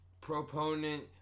proponent